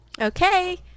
okay